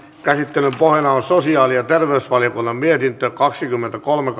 käsittelyn pohjana on sosiaali ja terveysvaliokunnan mietintö kaksikymmentäkolme